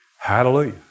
Hallelujah